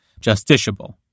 justiciable